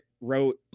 wrote